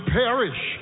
perish